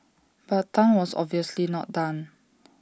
but Tan was obviously not done